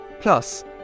Plus